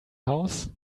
house